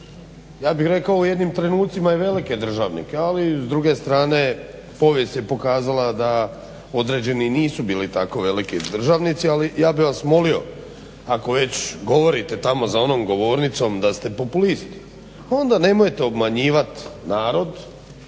ja bih rekao u jednim trenucima i velike državnike ali s druge strane povijest je pokazala da određeni nisu bili tako veliki državnici. Ali ja bih vas molio ako već govorite tamo za onom govornicom da ste populist onda nemojte obmanjivati narod